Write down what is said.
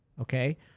okay